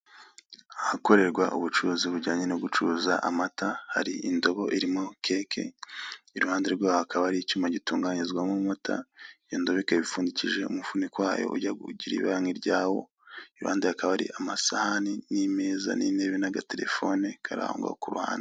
Ahakorerwa ubucuruzi bujyanye no gucuruza amata, hari indobo irimo keke, iruhande rwaho hakaba hari icyuma gitunganyirizwamo amata, iyo ndobo ukaba ipfundikije umufuniko wayo ujya kugira ibara ryawo, iruhande hakaba hari amasahani n'imeza n'intebe naga telefone ikarangwa ku bantu.